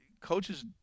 Coaches